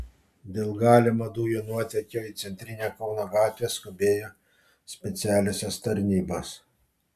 dėl galimo dujų nuotėkio į centrinę kauno gatvę skubėjo specialiosios tarnybos